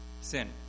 sin